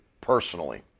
personally